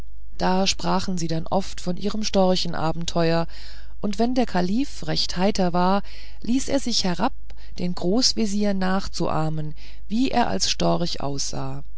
da sprachen sie dann oft von ihrem storchenabenteuer und wenn der kalif recht heiter war ließ er sich herab den großvezier nachzuahmen wie er als storch aussah